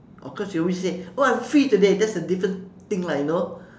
of course we always say oh I am free today that's a different thing lah you know